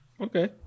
Okay